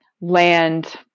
land